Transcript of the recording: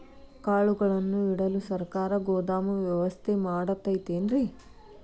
ಕಾಳುಗಳನ್ನುಇಡಲು ಸರಕಾರ ಗೋದಾಮು ವ್ಯವಸ್ಥೆ ಕೊಡತೈತೇನ್ರಿ?